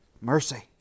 mercy